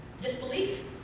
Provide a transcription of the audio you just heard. Disbelief